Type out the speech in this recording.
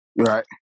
Right